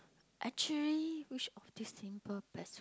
actually which of these symbol best